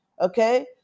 Okay